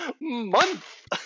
month